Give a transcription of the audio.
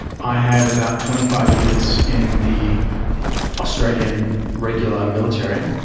i had about twenty five years in the australian regular military.